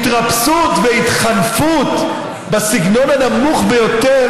התרפסות והתחנפות בסגנון הנמוך ביותר,